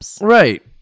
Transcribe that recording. right